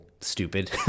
stupid